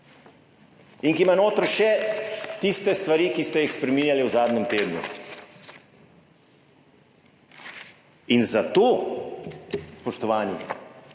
in ki ima notri še tiste stvari, ki ste jih spreminjali v zadnjem tednu. In zato, spoštovani,